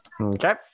Okay